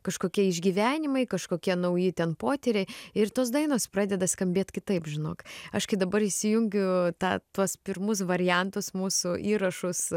kažkokie išgyvenimai kažkokie nauji ten potyriai ir tos dainos pradeda skambėt kitaip žinok aš kai dabar įsijungiu tą tuos pirmus variantus mūsų įrašus